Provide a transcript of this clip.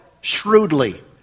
shrewdly